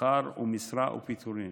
שכר ומשרה ופיטורים.